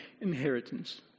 inheritance